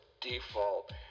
default